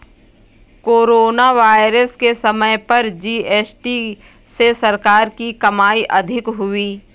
corona virus के समय पर जी.एस.टी से सरकार की कमाई अधिक हुई